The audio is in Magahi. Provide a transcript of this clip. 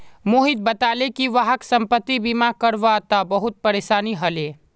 मोहित बताले कि वहाक संपति बीमा करवा त बहुत परेशानी ह ले